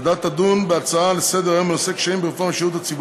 הוועדה תדון בהצעות לסדר-היום שהגישו